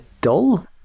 dull